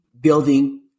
building